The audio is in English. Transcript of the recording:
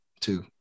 two